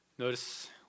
Notice